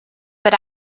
but